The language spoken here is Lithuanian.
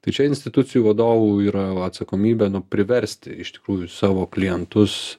tai čia institucijų vadovų yra atsakomybė nu priversti iš tikrųjų savo klientus